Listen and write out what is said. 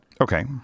Okay